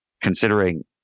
considering